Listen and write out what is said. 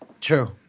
True